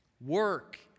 Work